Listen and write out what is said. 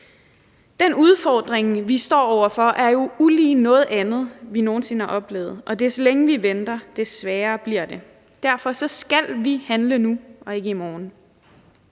Den udfordring, vi står over for, er jo ulig noget andet, vi nogen sinde har oplevet, og des længere vi venter, des sværere bliver det. Derfor skal vi handle nu og ikke i morgen.